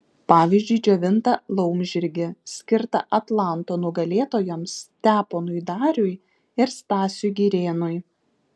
pavyzdžiui džiovintą laumžirgį skirtą atlanto nugalėtojams steponui dariui ir stasiui girėnui